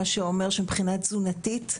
מה שאומר שמבחינה תזונתית,